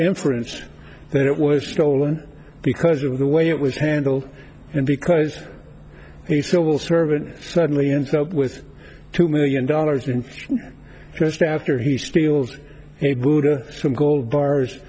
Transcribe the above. influence that it was stolen because of the way it was handled and because a civil servant suddenly ends up with two million dollars in fees just after he steals a buddha some gold bars